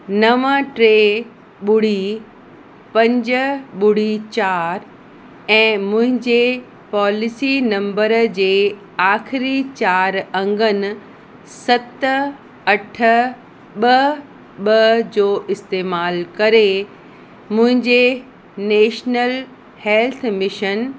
नव टे ॿुड़ी पंज ॿुड़ी चारि ऐं मुंहिंजे पॉलिसी नंबर जे आख़िरी चार अंगनि सत अठ ॿ ॿ जो इस्तेमाल करे मुंहिंजे नेशनल हेल्थ मिशन